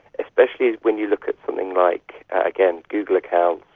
especially when you look at something like, again, google accounts,